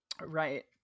Right